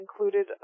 included